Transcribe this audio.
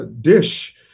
dish